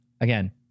Again